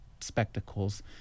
spectacles